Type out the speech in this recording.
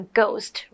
ghost